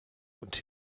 und